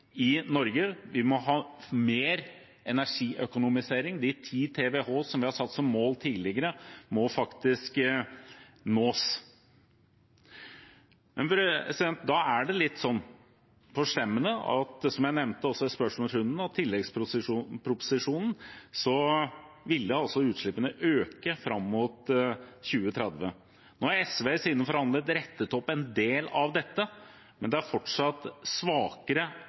i Norge. Vi må ha mer energiøkonomisering. De 10 TWh som vi har satt som mål tidligere, må faktisk nås. Da er det litt forstemmende, som jeg nevnte også i spørsmålsrunden, at i tilleggsproposisjonen ville altså utslippene øke fram mot 2030. Nå har SV i forhandlingene rettet opp en del av dette, men det er fortsatt svakere